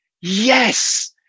yes